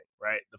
right